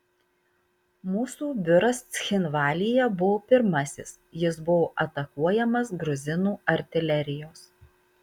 mūsų biuras cchinvalyje buvo pirmasis jis buvo atakuojamas gruzinų artilerijos